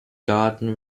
garden